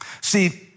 See